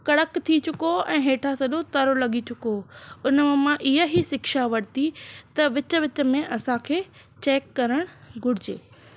कड़क थी चुको ऐं हेठा सॼो तरो लॻी चुको हुन मां मां इहा ई शिक्षा वरिती त वीच वीच में असांखे चेक करणु घुरिजे